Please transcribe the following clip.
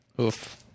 Oof